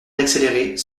d’accélérer